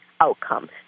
outcome